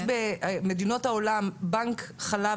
יש במדינות העולם בנק חלב,